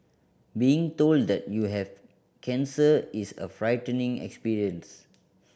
being told that you have cancer is a frightening experience